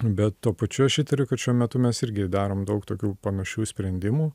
bet tuo pačiu aš įtariu kad šiuo metu mes irgi darom daug tokių panašių sprendimų